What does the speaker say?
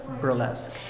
burlesque